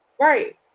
Right